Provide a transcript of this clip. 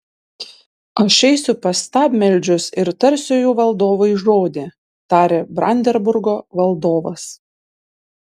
aš eisiu pas stabmeldžius ir tarsiu jų valdovui žodį tarė brandenburgo valdovas